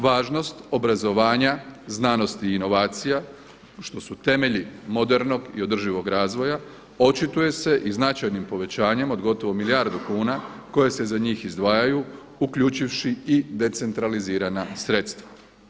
Važnost obrazovanja, znanosti i inovacija što su temelji modernog i održivog razvoja očituje se i značajnim povećanjem od gotovo milijardu kuna koje se za njih izdvajaju uključivši i decentralizirana sredstva.